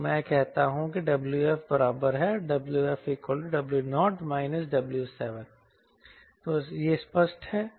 तो मैं कहता हूं कि Wf बराबर है WfW0 W7 यह स्पष्ट है